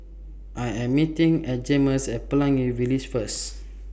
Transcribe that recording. I Am meeting At Jaymes At Pelangi Village First